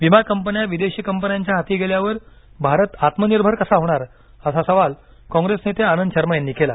विमा कंपन्या विदेशी कंपन्यांच्या हाती गेल्यावर भारत आत्मनिर्भर कसा होणार असा सवाल कॉंग्रेस नेते आनंद शर्मा यांनी केला